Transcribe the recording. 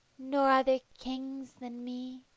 nor other kings than me.